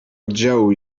oddziału